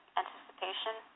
anticipation